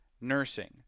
nursing